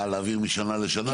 אה, להעביר משנה לשנה?